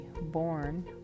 born